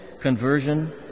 conversion